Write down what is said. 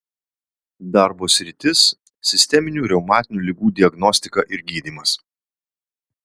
darbo sritis sisteminių reumatinių ligų diagnostika ir gydymas